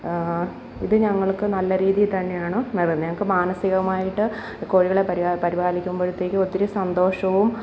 ഇതു ഞങ്ങൾക്കു നല്ല രീതി തന്നെയാണ് വരുന്നേ ഞങ്ങൾക്കു മാനസികമായിട്ട് കോഴികളെ പരിപാ പരിപാലിക്കുമ്പോഴത്തേക്കും ഒത്തിരി സന്തോഷവും